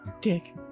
Dick